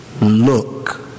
Look